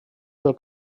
del